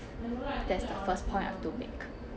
that's the first point I've to make